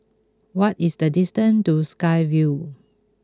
what is the distance to Sky Vue